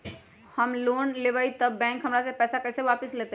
हम लोन लेलेबाई तब बैंक हमरा से पैसा कइसे वापिस लेतई?